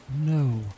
No